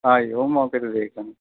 ਹਾਂਜੀ ਉਹ ਮੌਕੇ 'ਤੇ ਦੇਖ ਲਾਂਗੇ